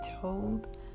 told